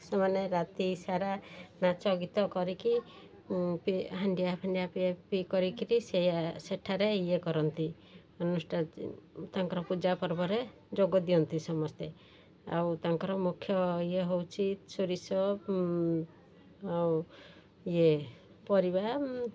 ସେମାନେ ରାତି ସାରା ନାଚ ଗୀତ କରିକି ପି ହାଣ୍ଡିଆ ଫାଣ୍ଡିଆ ପିଆ ପିଇ କରିକିରି ସେ ସେଠାରେ ଇଏ କରନ୍ତି ଅନୁଷ୍ଠା ତାଙ୍କର ପୂଜା ପର୍ବରେ ଯୋଗ ଦିଅନ୍ତି ସମସ୍ତେ ଆଉ ତାଙ୍କର ମୁଖ୍ୟ ଇଏ ହେଉଛି ସୋରିଷ ଆଉ ଇଏ ପରିବା